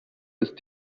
ist